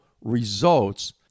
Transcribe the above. results